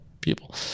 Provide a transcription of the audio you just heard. people